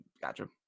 gotcha